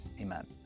amen